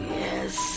yes